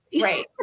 Right